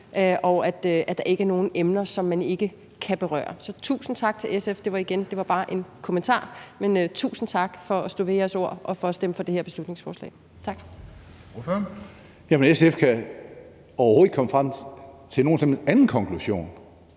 og at der ikke er nogen emner, som man ikke kan berøre. Så tusind tak til SF. Igen, det var bare en kommentar, men tusind tak for at stå ved jeres ord og for at stemme for det her beslutningsforslag. Tak.